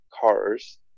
cars